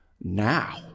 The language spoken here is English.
now